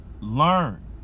learn